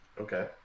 Okay